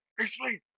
explain